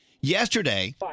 Yesterday